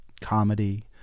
comedy